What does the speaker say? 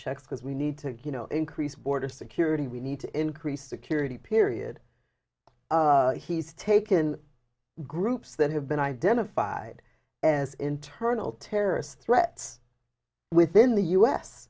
checks because we need to you know increase border security we need to increase security period he's taken groups that have been identified as internal terrorist threats within the u s